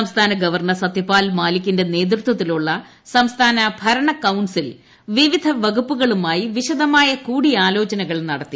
സംസ്ഥാന ഗവർണ്ണർ സത്യപാൽ മാലിക്കിന്റെ നേതൃത്വത്തിലുള്ള സംസ്ഥാന ഭരണകൌൺസിൽ വിവിധ വകുപ്പുകളുമായി വിശദമായ കൂടിയാലോചനകൾ നടത്തി